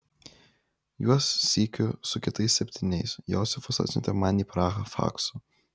juos sykiu su kitais septyniais josifas atsiuntė man į prahą faksu